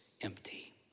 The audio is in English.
empty